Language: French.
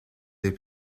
les